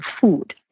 food